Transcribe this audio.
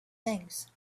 things